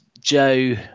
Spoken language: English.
joe